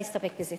אני אסתפק בזה.